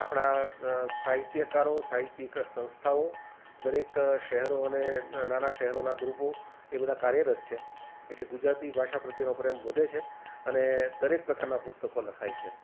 આપણા સાહિત્યકારો સાહિત્યિક સંસ્થાઓ દરેક શહેરો અને નાના શહેરોનાં ગ્રૂપો એ બધા કાર્યરત છે એટલે ગુજરાતી ભાષા પ્રત્યેનો પ્રેમ વધે છે અને દરેક પ્રકારનાં પુસ્તકો લખાય છે